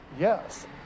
yes